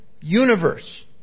universe